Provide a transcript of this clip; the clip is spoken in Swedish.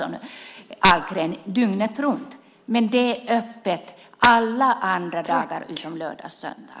De är inte öppna dygnet runt, Chatrine Pålsson Ahlgren, men de är öppna alla dagar utom lördag-söndag.